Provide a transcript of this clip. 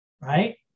Right